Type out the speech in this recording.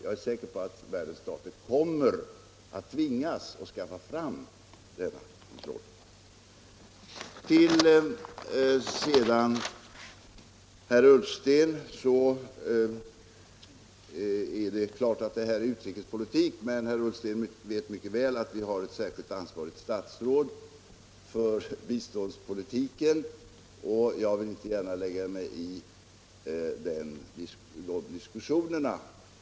Till herr Ullsten vill jag säga att det är klart att biståndsfrågorna hör till utrikespolitiken, men herr Ullsten vet mycket väl att vi har ett särskilt statsråd som är ansvarig för biståndspolitiken. Jag vill därför inte gärna lägga mig i biståndsdiskussionerna.